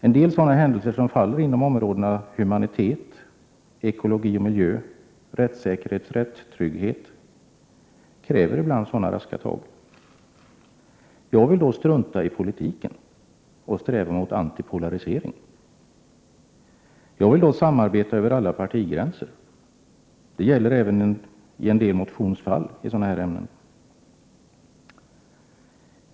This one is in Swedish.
En del sådana händelser, som faller inom områdena humanitet, ekologi och miljö, rättssäkerhet och rättstrygghet, kan kräva sådana raska tag. Jag vill då strunta i politiken och sträva mot antipolarisering. Jag vill då samarbeta över alla partigränser — det gäller även en del motioner i sådana här ärenden.